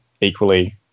equally